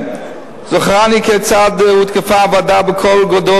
זכורני כיצד הותקפה הוועדה בקול גדול